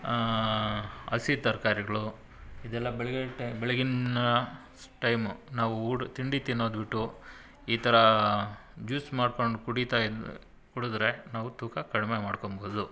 ಹಸಿ ತರಕಾರಿಗಳು ಇದೆಲ್ಲ ಬೆಳಗಿನ ಟೈ ಬೆಳಗಿನ ಟೈಮು ನಾವು ಊಟ ತಿಂಡಿ ತಿನ್ನೋದು ಬಿಟ್ಟು ಈ ಥರ ಜ್ಯೂಸ್ ಮಾಡ್ಕೊಂಡು ಕುಡಿತಾ ಇದು ಕುಡಿದ್ರೆ ನಾವು ತೂಕ ಕಡಿಮೆ ಮಾಡಿಕೊಂಬೋದು